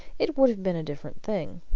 it would have been a different thing.